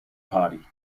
party